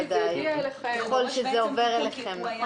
זה יגיע אלינו בוודאי, ככל שזה עובר אליכם.